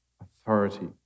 authority